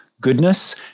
Goodness